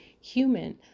human